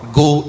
go